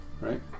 right